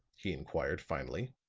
he inquired finally.